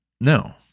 No